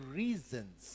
reasons